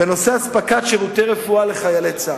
בנושא אספקת שירותי רפואה לחיילי צה"ל.